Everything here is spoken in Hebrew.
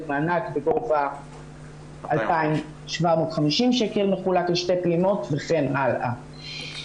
מענק בגובה 2,750 שקל מחולק לשתי פעימות וכן הלאה.